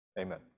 Amen